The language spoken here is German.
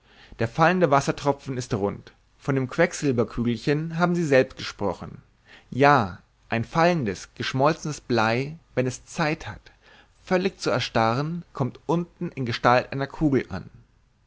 der fallende wassertropfen ist rund von den quecksilberkügelchen haben sie selbst gesprochen ja ein fallendes geschmolzenes blei wenn es zeit hat völlig zu erstarren kommt unten in gestalt einer kugel an